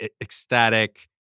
ecstatic